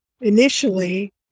initially